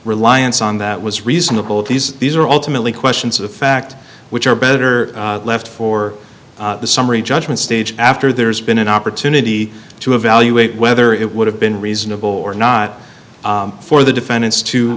reliance on that was reasonable these these are all to merely questions of fact which are better left for the summary judgment stage after there's been an opportunity to evaluate whether it would have been reasonable or not for the defendants to